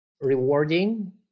rewarding